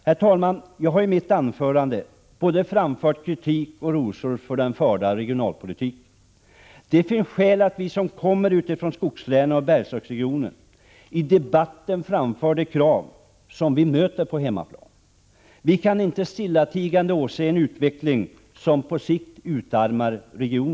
Herr talman! Jag har i mitt anförande framfört både ris och ros för den förda regionalpolitiken. Det finns skäl för att vi som kommer från skogslänen och Bergslagsregionen i debatten framför de krav som vi möter på hemmaplan. Vi kan inte stillatigande åse en utveckling som på sikt utarmar regionen.